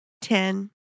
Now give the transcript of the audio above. ten